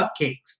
cupcakes